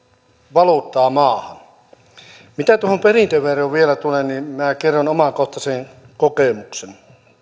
valuuttaa maahan mitä tuohon perintöveroon vielä tulee niin minä kerron omakohtaisen kokemuksen